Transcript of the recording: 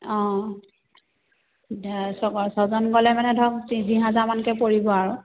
অঁ ছজন গ'লে মানে ধৰক তিনি হাজাৰমানকৈ পৰিব আৰু